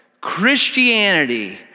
Christianity